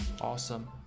Awesome